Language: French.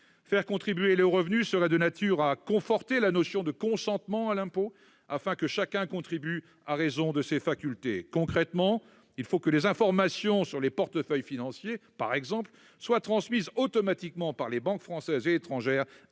Faire contribuer les hauts revenus serait de nature à conforter la notion de consentement à l'impôt, afin que chacun contribue « en raison de ses facultés ». Concrètement, il faut que les informations sur les portefeuilles financiers, par exemple, soient transmises automatiquement par les banques françaises et étrangères